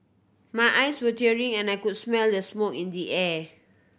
my eyes were tearing and I could smell the smoke in the air